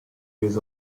years